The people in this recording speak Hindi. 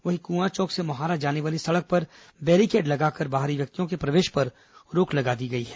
वहीं कुआं चौक से मोहारा जाने वाली सड़क पर बैरीकेड लगाकर बाहरी व्यक्तियों के प्रवेश पर रोक लगा दी गई है